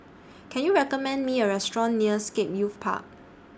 Can YOU recommend Me A Restaurant near Scape Youth Park